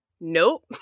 Nope